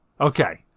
Okay